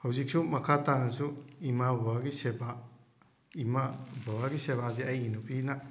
ꯍꯧꯖꯤꯛꯁꯨ ꯃꯈꯥ ꯇꯥꯅꯁꯨ ꯏꯃꯥ ꯕꯥꯕꯒꯤ ꯁꯦꯕꯥ ꯏꯃꯥ ꯕꯥꯕꯒꯤ ꯁꯦꯕꯥꯁꯦ ꯑꯩꯒꯤ ꯅꯨꯄꯤꯅ